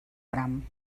bram